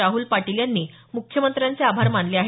राहल पाटील यांनी मुख्यमंत्र्यांचे आभार मानले आहेत